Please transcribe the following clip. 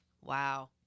Wow